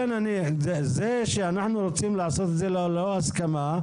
זה שאנחנו רוצים לעשות את זה ללא הסכמה,